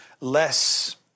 less